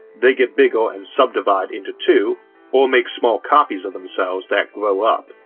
they get bigger and subdivide into two or make small copies of themselves that grow up.